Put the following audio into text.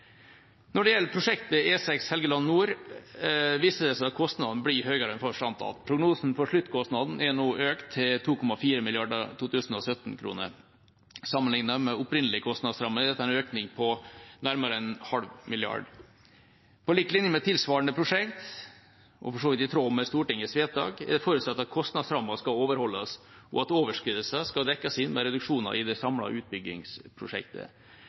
Når det gjelder prosjektet E6 Helgeland nord, viser det seg at kostnaden blir høyere enn først antatt. Prognosen for sluttkostnaden er nå økt til 2,4 mrd. 2017-kroner. Sammenlignet med opprinnelig kostnadsramme er dette en økning på nærmere en halv milliard kroner. På lik linje med for tilsvarende prosjekt, og for så vidt i tråd med Stortingets vedtak, er det forutsatt at kostnadsrammen skal overholdes, og at overskridelser skal dekkes inn med reduksjoner i det samlede utbyggingsprosjektet.